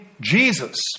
Jesus